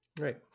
right